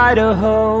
Idaho